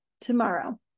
tomorrow